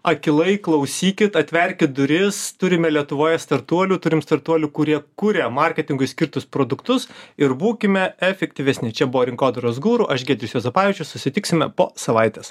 akylai klausykit atverkit duris turim ir lietuvoje startuolių turim startuolių kurie kuria marketingui skirtus produktus ir būkime efektyvesni čia buvo rinkodaros guru aš giedrius juozapavičius susitiksime po savaitės